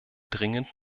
dringend